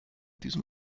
diesem